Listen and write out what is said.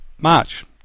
March